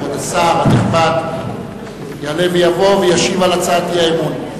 כבוד השר הנכבד יעלה ויבוא וישיב על הצעת האי-אמון.